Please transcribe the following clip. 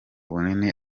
bunini